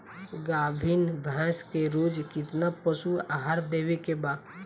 गाभीन भैंस के रोज कितना पशु आहार देवे के बा?